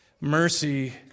mercy